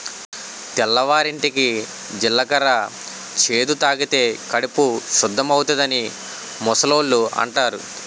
తెల్లవారింటికి జీలకర్ర చేదు తాగితే కడుపు సుద్దవుతాదని ముసలోళ్ళు అంతారు